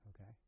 Okay